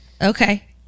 Okay